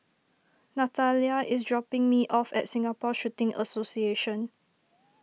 Nathalia is dropping me off at Singapore Shooting Association